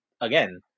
again